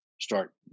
start